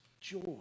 joy